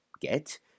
get